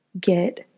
get